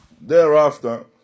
thereafter